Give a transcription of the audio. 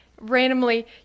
randomly